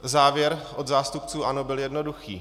Závěr od zástupců ANO bych jednoduchý.